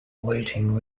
awaiting